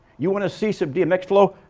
you want to see sub d next flow.